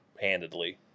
handedly